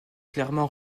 clairement